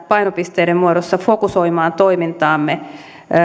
painopisteiden muodossa fokusoimaan toimintaamme